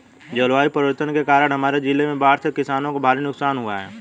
जलवायु परिवर्तन के कारण हमारे जिले में बाढ़ से किसानों को भारी नुकसान हुआ है